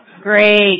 Great